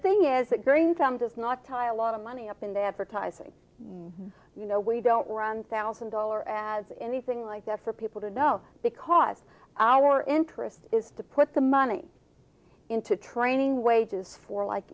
thing is that going time does not tie a lot of money up in the advertising you know we don't run thousand dollar as anything like that for people to know because our interest is to put the money into training wages for like